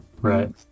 Right